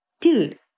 dude